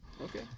Okay